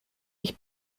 ich